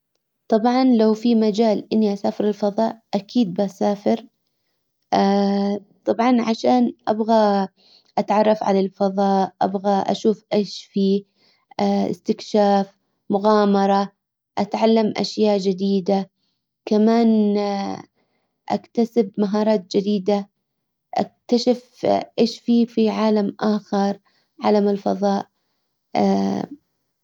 طبعا لو في مجال اني اسافر الفضاء اكيد بسافر طبعا عشان ابغى اتعرف على الفضاء ابغى اشوف ايش فيه استكشاف مغامرة اتعلم اشياء جديدة كمان اكتسب مهارات جديدة اكتشف ايش في في عالم اخر عالم الفضاء.